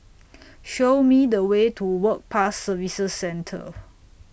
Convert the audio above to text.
Show Me The Way to Work Pass Services Centre